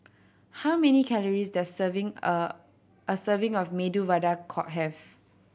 how many calories does serving a a serving of Medu Vada have